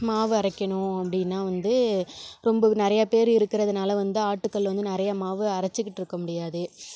மாவு அரைக்கணும் அப்படின்னா வந்து ரொம்ப நிறைய பேர் இருக்கிறதுனால வந்து ஆட்டுக்கல் வந்து நிறைய மாவு அரைச்சுக்கிட்டு இருக்க முடியாது